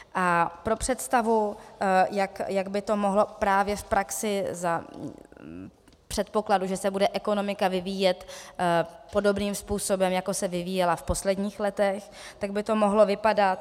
A pro představu, jak by to mohlo právě v praxi za předpokladu, že se bude ekonomika vyvíjet podobným způsobem, jako se vyvíjela v posledních letech, tak jak by to mohlo vypadat.